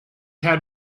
had